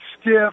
stiff